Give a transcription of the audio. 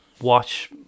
watch